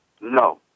no